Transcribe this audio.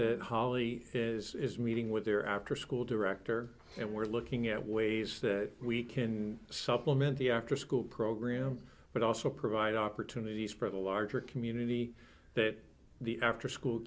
holly is meeting with their after school director and we're looking at ways that we can supplement the afterschool program but also provide opportunities for the larger community that the after school